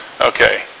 Okay